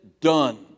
done